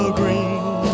green